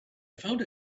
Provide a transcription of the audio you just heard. found